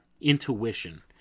intuition